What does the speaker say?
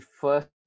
first